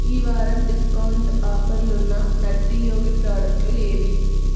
ఈ వారం డిస్కౌంట్ ఆఫర్లున్న నట్టి యోగి ప్రాడక్టులు ఏవి